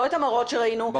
לא את המראות שראינו,